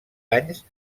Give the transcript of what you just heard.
anys